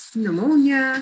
pneumonia